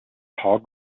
paul